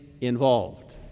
involved